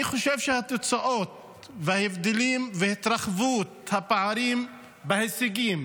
אני חושב שהתוצאות וההבדלים והתרחבות הפערים בהישגים